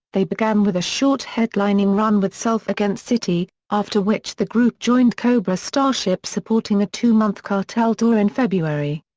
they began with a short headlining run with self against city, after which the group joined cobra starship supporting a two-month cartel tour in february.